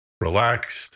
Relaxed